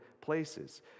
places